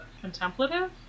Contemplative